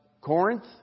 Corinth